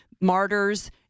martyrs